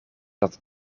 dat